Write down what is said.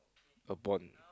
upon